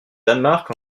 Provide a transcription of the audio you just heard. danemark